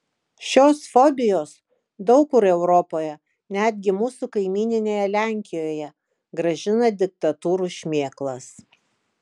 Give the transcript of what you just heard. šios fobijos daug kur europoje netgi mūsų kaimyninėje lenkijoje grąžina diktatūrų šmėklas